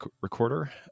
recorder